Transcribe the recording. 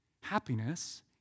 Happiness